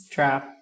Trap